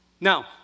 Now